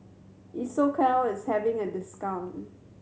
Isocal is having a discount